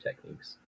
techniques